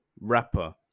rapper